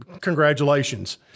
congratulations